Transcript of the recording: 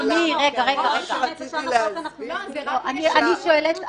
זה לא ישנה את לשון החוק.